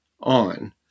on